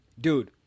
Dude